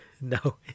No